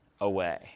away